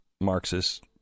Marxist